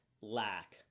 lack